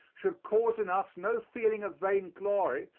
should cause in us no feeling of vainglory,